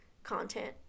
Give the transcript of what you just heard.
content